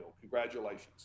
Congratulations